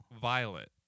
Violet